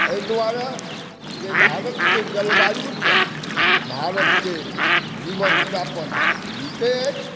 एहि दुआरे जे भारतके जलवायुसँ भारतके जीवनयापन बीतै अछि